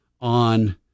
on